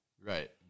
right